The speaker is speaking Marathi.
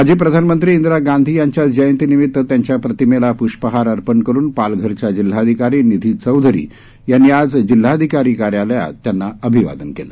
माजी प्रधानमंत्री इंदिरा गांधी यांच्या जयंतीनिमित्त त्यांच्या प्रतिमेला पृष्पहार अर्पण करून पालघरच्या जिल्हाधिकारी निधी चौधरी यांनी आज जिल्हाधिकारी कार्यालयात अभिवादन केलं